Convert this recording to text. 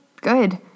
good